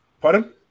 pardon